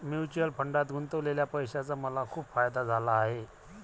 mutual फंडात गुंतवलेल्या पैशाचा मला खूप फायदा झाला आहे